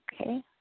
Okay